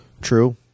True